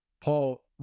Paul